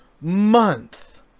month